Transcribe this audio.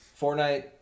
Fortnite